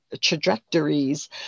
trajectories